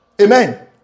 Amen